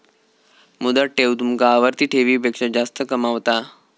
मुदत ठेव तुमका आवर्ती ठेवीपेक्षा जास्त कमावता